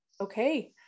Okay